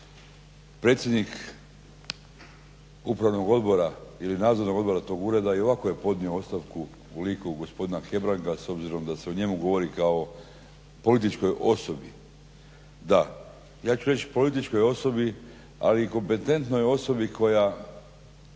predsjednik Upravnog odbora ili Nadzornog odbora tog ureda i ovako je podnio ostavku u liku gospodina Hebranga s obzirom da se o njemu govori kao političkoj osobi. Da, ja ću reći političkoj osobi ali i kompetentnoj osobi koja